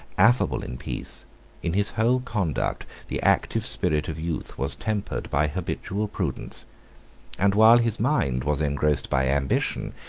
affable in peace in his whole conduct, the active spirit of youth was tempered by habitual prudence and while his mind was engrossed by ambition,